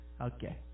okay